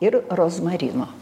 ir rozmarino